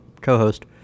co-host